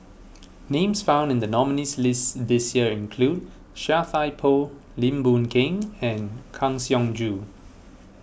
names found in the nominees' list this year include Chia Thye Poh Lim Boon Keng and Kang Siong Joo